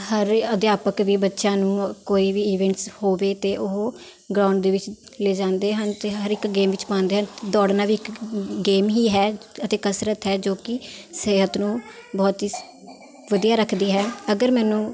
ਹਰ ਅਧਿਆਪਕ ਵੀ ਬੱਚਿਆਂ ਨੂੰ ਕੋਈ ਵੀ ਈਵੈਂਟਸ ਹੋਵੇ ਅਤੇ ਉਹ ਗਰਾਊਂਡ ਦੇ ਵਿੱਚ ਲੈ ਜਾਂਦੇ ਹਨ ਅਤੇ ਹਰ ਇੱਕ ਗੇਮ ਵਿੱਚ ਪਾਉਂਦੇ ਹਨ ਅਤੇ ਦੌੜਨਾ ਵੀ ਇੱਕ ਗੇਮ ਹੀ ਹੈ ਅਤੇ ਕਸਰਤ ਹੈ ਜੋ ਕਿ ਸਿਹਤ ਨੂੰ ਬਹੁਤ ਹੀ ਸ ਵਧੀਆ ਰੱਖਦੀ ਹੈ ਅਗਰ ਮੈਨੂੰ